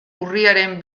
urriaren